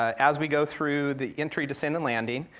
as we go through the entry, descent, and landing,